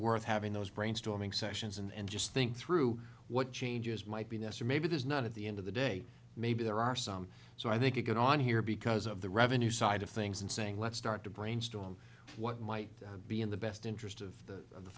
worth having those brainstorming sessions and just think through what changes might be nester maybe there's not at the end of the day maybe there are some so i think you get on here because of the revenue side of things and saying let's start to brainstorm what might be in the best interest of the